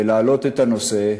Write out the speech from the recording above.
ולהעלות את הנושא,